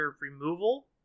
removal